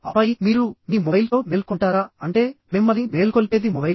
ఆపై మీరు మీ మొబైల్తో మేల్కొంటారా అంటే మిమ్మల్ని మేల్కొల్పేది మొబైల్